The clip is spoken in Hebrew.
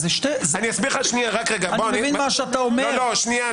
אני מבין את מה שאתה אומר --- שנייה,